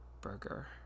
burger